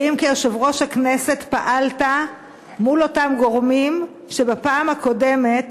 האם כיושב-ראש הכנסת פעלת מול אותם גורמים שבפעם הקודמת